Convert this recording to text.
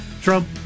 Trump